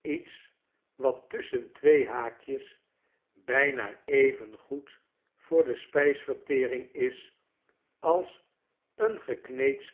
iets wat tusschen twee haakjes byna even goed voor de spysvertering is als een gekneed